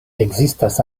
ekzistas